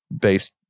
based